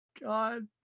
God